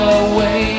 away